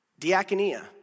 Diaconia